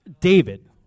David